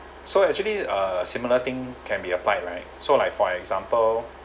so actually err similar thing can be applied right so like for example